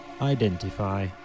Identify